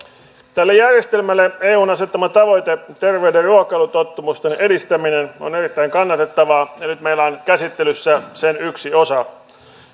tälle järjestelmälle eun asettama tavoite terveiden ruokailutottumusten edistäminen on erittäin kannatettava ja nyt meillä on käsittelyssä sen yksi osa